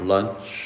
Lunch